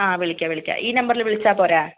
ആ വിളിക്കാം വിളിക്കാം ഈ നമ്പറിൽ വിളിച്ചാൽ പോരേ